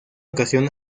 ocasión